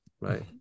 right